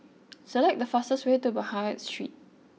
select the fastest way to Baghdad Street